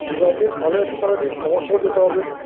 ঠিক আছে তাহলে একটু তাহলে একটু সকাল সকাল যেতে হবে